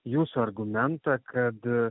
jūsų argumentą kad